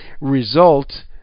result